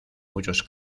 muchos